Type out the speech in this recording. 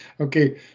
okay